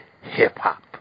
hip-hop